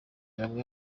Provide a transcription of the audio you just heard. bamwe